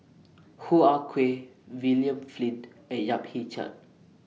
Hoo Ah Kay William Flint and Yap Ee Chian